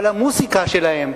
אבל המוזיקה שלהם,